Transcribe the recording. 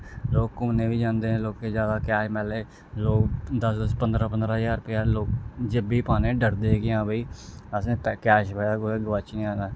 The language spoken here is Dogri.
लोग घूमने गी बी जंदे न लोकें जादा कैश पैह्लें दस दस पंदरां पंदरां ज्हार रपेआ लोक जेबै च पाने गी डरदे हे कि हां भाई असें कैश पाया कुदै गवाची जान